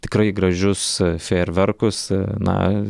tikrai gražius fejerverkus na